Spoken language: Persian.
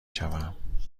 شوم